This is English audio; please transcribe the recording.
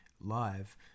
live